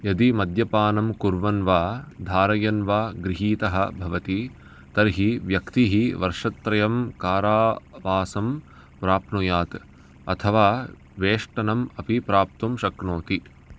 यदि मद्यपानं कुर्वन् वा धारयन् वा गृहीतः भवति तर्हि व्यक्तिः वर्षत्रयं कारावासं प्राप्नुयात् अथवा वेष्टनम् अपि प्राप्तुं शक्नोति